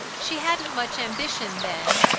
she hadn't much ambition then,